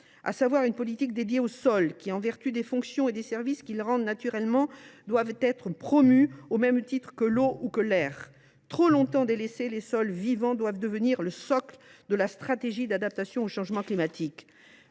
à savoir une politique consacrée aux sols, lesquels, en vertu des rôles qu’ils jouent et des services qu’ils rendent naturellement, doivent être promus, au même titre que l’eau ou que l’air. Trop longtemps délaissés, les sols vivants doivent devenir le socle de la stratégie d’adaptation au changement climatique.